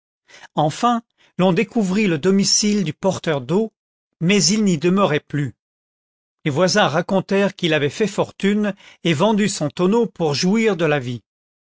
enfin l'on découvrit le domicile du porteur d'eau mais il n'y demeurait plus les voisins racontèrent qu'il avait fait fortune et vendu son tonneau pour jouir de la vie